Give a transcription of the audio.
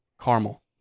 caramel